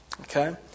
okay